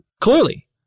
Clearly